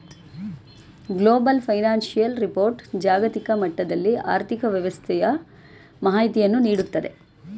global financial report ಜಾಗತಿಕ ಮಟ್ಟದಲ್ಲಿ ಆರ್ಥಿಕ ವ್ಯವಸ್ಥೆಯ ಮಾಹಿತಿಯನ್ನು ನೀಡುತ್ತದೆ